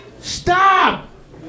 stop